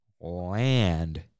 land